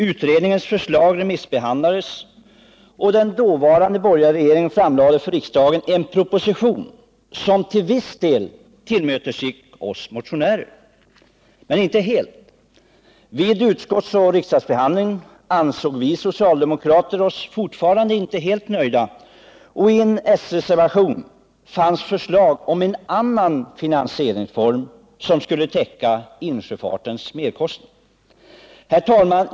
Utredningens förslag remissbehandlades, och den dåvarande borgerliga regeringen framlade för riksdagen en proposition som till viss del — men inte helt — tillmötesgick oss motionärer. Vid utskottsoch riksdagsbehandlingen ansåg vi socialdemokrater oss fortfarande inte helt nöjda, och i en sreservation fanns förslag om en annan finansieringsform, som skulle täcka insjöfartens merkostnader. Herr talman!